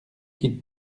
qu’il